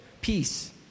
peace